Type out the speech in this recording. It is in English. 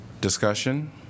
Discussion